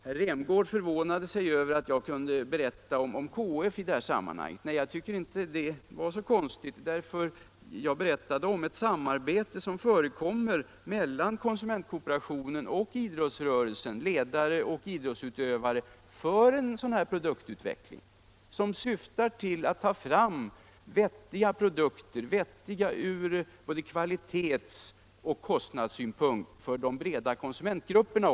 Herr Rämgård förvånade sig över att jag kunde berätta om KF i det här sammanhanget. Jag tycker inte det är så konstigt. Jag berättade om det samarbete som förekommer mellan konsumentkooperationen och idrottsrörelsens ledare och idrottsutövare för en sådan produktutveckling som syftar till att ta fram vettiga produkter. De skall vara vettiga ur både kvalitetsoch kostnadssynpunkt också för de breda konsumentgrupperna.